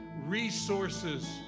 resources